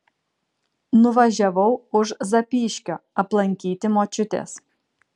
nuvažiavau už zapyškio aplankyti močiutės